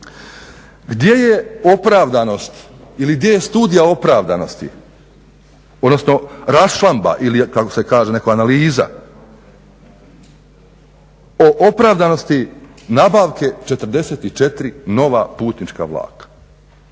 Gdje je opravdanost ili gdje je studija opravdanosti odnosno raščlamba ili kako se kaže analiza o opravdanosti nabavke 44 nova putnička vlaka?